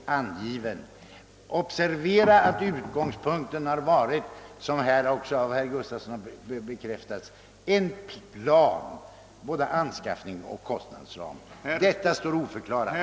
Det bör observeras att utgångspunkten har varit — vilket herr Gustafsson i Uddevalla också bekräftade — en platt, oförändrad anskaffningsoch kostnadsram. Detta kvarstår oförklarat.